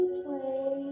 play